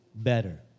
better